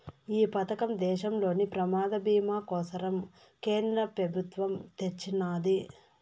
ఈ పదకం దేశంలోని ప్రమాద బీమా కోసరం కేంద్ర పెబుత్వమ్ తెచ్చిన్నాది